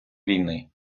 війни